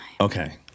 Okay